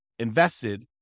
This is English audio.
invested